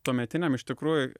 tuometiniam iš tikrųjų